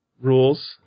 rules